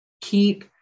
keep